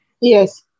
yes